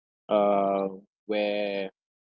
um where